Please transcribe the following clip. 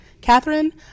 Catherine